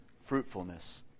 fruitfulness